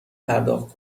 پرداخت